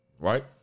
Right